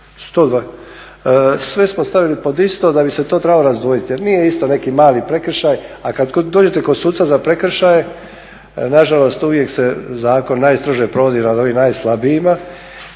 nešto sve smo stavili pod isto da bi se to trebalo razdvojiti. Jer nije isto neki mali prekršaj, a kada dođete kod suca za prekršaje nažalost uvijek se zakon najstrože provodi nad ovim najslabijima